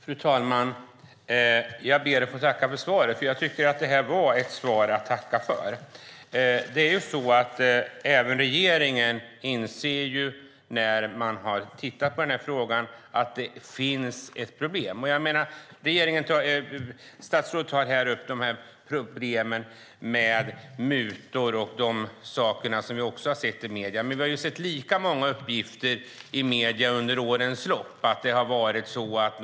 Fru talman! Jag ber att få tacka för svaret, för jag tycker att det här var ett svar att tacka för. Även regeringen inser, när man har tittat på frågan, att det finns ett problem. Statsrådet tar upp problemen med mutor och de sakerna, som vi också har sett i medierna. Men vi har sett lika många uppgifter i medierna under årens lopp om en annan sak.